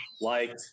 liked